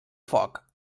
foc